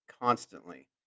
constantly